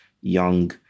young